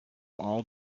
all